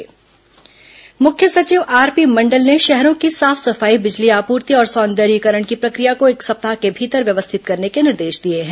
मुख्य सचिव सफाई मुख्य सचिव आरपी मंडल ने शहरों की साफ सफाई बिजली आपूर्ति और सौंदर्यीकरण की प्रक्रिया को एक सप्ताह के भीतर व्यवस्थित करने के निर्देश दिए हैं